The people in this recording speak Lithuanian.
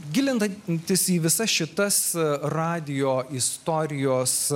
gilinantis į visas šitas radijo istorijos